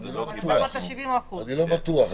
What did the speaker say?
עוד לא --- זאת אומרת ה-70% --- אני לא בטוח,